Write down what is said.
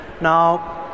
Now